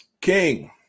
King